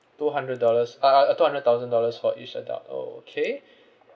two hundred dollars uh uh uh two hundred thousand dollars for each adult okay